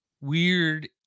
weird